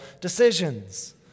decisions